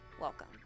Welcome